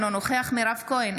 אינו נוכח מירב כהן,